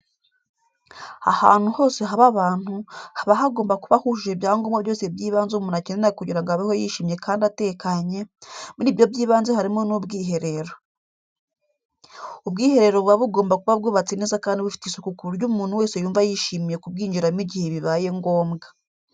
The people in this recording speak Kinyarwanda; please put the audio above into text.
Ahantu hose haba abantu, haba hagomba kuba hujuje ibyangombwa byose by'ibanze umuntu akenera kugira ngo abeho yishimye kandi atekanye, muri ibyo by'ibanze harimo n'ubwiherero. Ubwiherero buba bugomba kuba bwubatse neza kandi bufite isuku ku buryo umuntu wese yumva yishimiye kubwinjiramo igihe bibaye ngombwa.